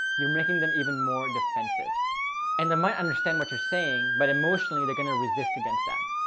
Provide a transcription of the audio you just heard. you're making them even more defensive and they might understand what you're saying, but emotionally they're going to resist against that.